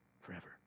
forever